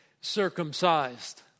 circumcised